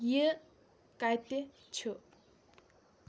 یہِ کتہِ چھُ